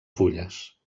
fulles